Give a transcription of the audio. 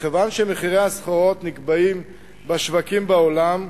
מכיוון שמחירי הסחורות נקבעים בשווקים בעולם,